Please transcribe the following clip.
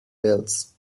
wales